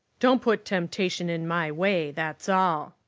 don't put temptation in my way, that's all.